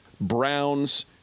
Browns